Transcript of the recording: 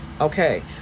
Okay